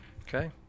Okay